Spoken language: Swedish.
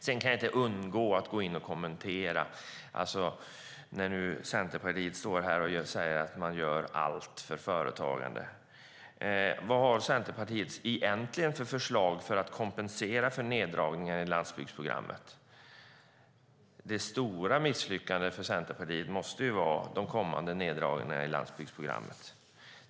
Sedan kan jag inte låta bli att kommentera en sak när nu Centerpartiet står här och säger att man gör allt för företagande. Vad har Centerpartiet egentligen för förslag för att kompensera neddragningen i landsbygdsprogrammet? Det stora misslyckandet för Centerpartiet måste ju vara de kommande neddragningarna i landsbygdsprogrammet.